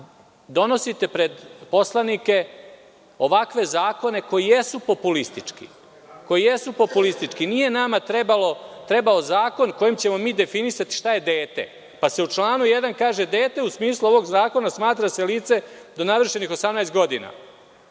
donosite pred poslanike ovakve zakone koji jesu populistički. Nije nama trebao zakon kojim ćemo mi definisati šta je dete, pa se u članu 1. ovog zakona kaže: „Dete u smislu ovog zakona smatra se lice do navršenih 18 godina“.